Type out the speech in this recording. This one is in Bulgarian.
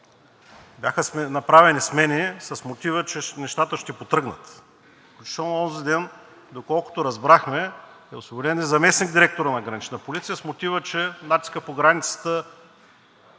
Бяха направени смени с мотива, че нещата ще потръгнат, включително онзиден, доколкото разбрахме, е освободен и заместник-директорът на Гранична полиция с мотива, че натискът по границата